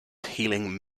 healing